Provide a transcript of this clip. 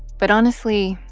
but honestly,